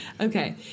Okay